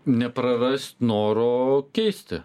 neprarast noro keisti